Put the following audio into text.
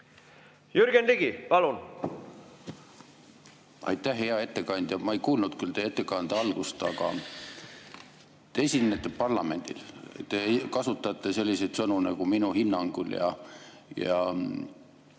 Jürgen Ligi, palun! Aitäh! Hea ettekandja! Ma ei kuulnud küll teie ettekande algust, aga te esinete parlamendis ja te kasutate selliseid sõnu nagu "minu hinnangul",